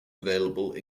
available